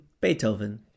Beethoven